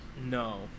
No